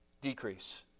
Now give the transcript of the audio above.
decrease